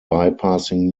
bypassing